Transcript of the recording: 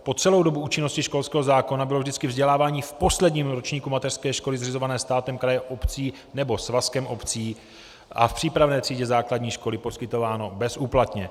Po celou dobu účinnosti školského zákona bylo vždycky vzdělávání v posledním ročníku mateřské školy zřizované státem, krajem, obcí nebo svazkem obcí a v přípravné třídě základní školy poskytováno bezúplatně.